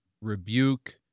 Rebuke